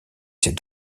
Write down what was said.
cet